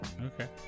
Okay